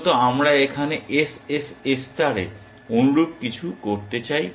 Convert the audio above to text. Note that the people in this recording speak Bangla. মূলত আমরা এখানে এসএসএস স্টারে অনুরূপ কিছু করতে চাই